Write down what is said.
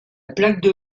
plaque